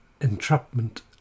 entrapment